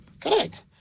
Correct